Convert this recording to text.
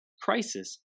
crisis